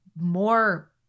more